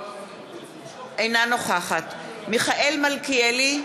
אינה נוכחת מיכאל מלכיאלי,